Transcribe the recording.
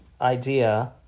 idea